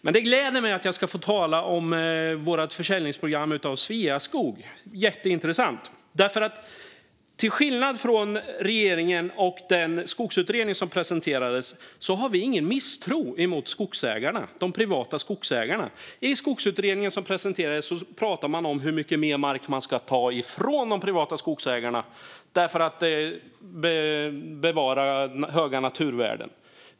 Men det gläder mig att jag ska få tala om vårt försäljningsprogram för Sveaskog. Det är jätteintressant. Till skillnad från regeringen och den skogsutredning som presenterades har vi ingen misstro mot de privata skogsägarna. I skogsutredningen pratar man om hur mycket mer mark man ska ta ifrån de privata skogsägarna för att bevara höga naturvärden.